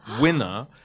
winner